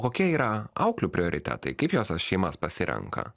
kokie yra auklių prioritetai kaip jos tas šeimas pasirenka